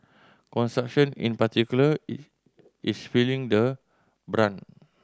construction in particular is is feeling the brunt